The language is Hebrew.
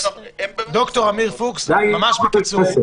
ד"ר עמיר פוקס, ממש בקיצור.